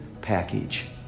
package